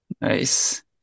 nice